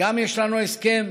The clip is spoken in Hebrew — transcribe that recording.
גם יש לנו הסכם,